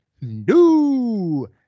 new